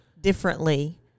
differently